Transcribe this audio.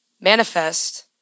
Manifest